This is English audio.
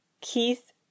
Keith